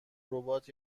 ربات